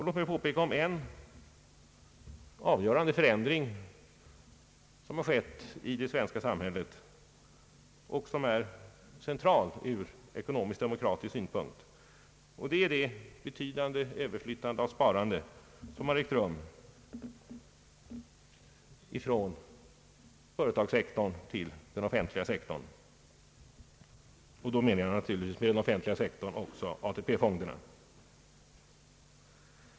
Låt mig få peka på en avgörande förändring, som har skett i det svenska samhället och som är central ur ekonomisk-demokratisk synvinkel, nämligen det betydande överflyttande av sparande som har ägt rum från företagssektorn till den offentliga sektorn. Med den offentliga sektorn menar jag då naturligtvis också AP-fonderna.